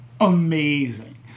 amazing